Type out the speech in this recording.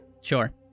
Sure